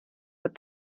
with